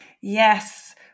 yes